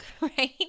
right